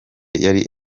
yari